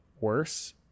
worse